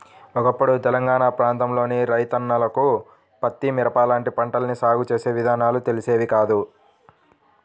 ఒకప్పుడు తెలంగాణా ప్రాంతంలోని రైతన్నలకు పత్తి, మిరప లాంటి పంటల్ని సాగు చేసే విధానాలు తెలిసేవి కాదు